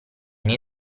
nei